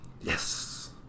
Yes